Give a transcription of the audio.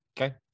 okay